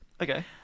okay